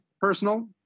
Personal